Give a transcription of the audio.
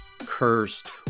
cursed